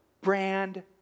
brand